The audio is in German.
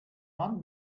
mann